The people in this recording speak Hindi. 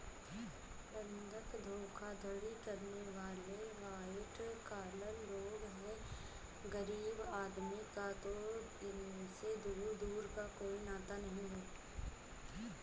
बंधक धोखाधड़ी करने वाले वाइट कॉलर लोग हैं गरीब आदमी का तो इनसे दूर दूर का कोई नाता नहीं है